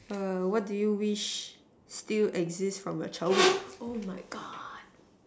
err what do you wish still exist from your childhood oh my God